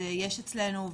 ויש אצלנו,